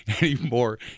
anymore